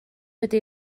wedi